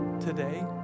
today